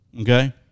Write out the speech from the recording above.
Okay